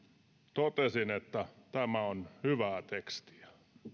totesin että tämä on hyvää tekstiä